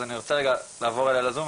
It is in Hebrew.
אז אני רוצה רגע לעבור אליה לזום,